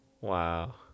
wow